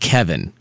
Kevin